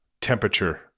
temperature